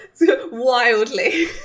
Wildly